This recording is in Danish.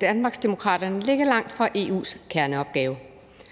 Danmarksdemokraterne ligger langt fra EU's kerneopgave.